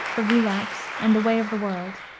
the relapse, and the way of the world.